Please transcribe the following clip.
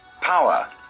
power